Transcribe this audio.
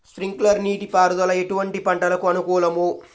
Sprinkler నీటిపారుదల ఎటువంటి పంటలకు అనుకూలము?